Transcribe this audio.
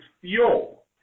fuel